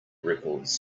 records